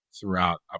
throughout